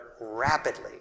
rapidly